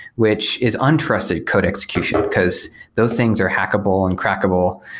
which is uninterested code execution, because those things are hackable and crackable.